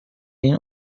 این